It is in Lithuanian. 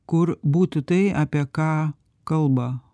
kur būtų tai apie ką kalba